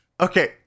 Okay